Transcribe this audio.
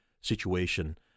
situation